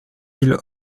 île